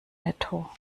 netto